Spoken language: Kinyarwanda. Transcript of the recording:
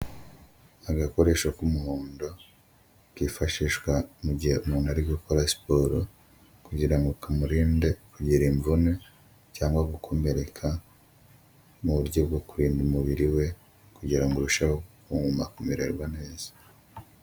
Agakoresho k'umuhondo kifashishwa mu gihe umuntu ari gukora siporo kugira ngo kamurinde kugira imvune cyangwa gukomereka, mu buryo bwo kurinda umubiri we kugira ngo urusheho kuguma kumererwa neza.